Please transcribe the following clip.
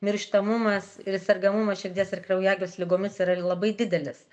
mirštamumas ir sergamumas širdies ir kraujagys ligomis yra labai didelis